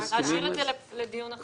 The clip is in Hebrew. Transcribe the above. להשאיר את זה לדיון אחר.